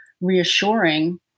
reassuring